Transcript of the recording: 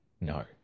No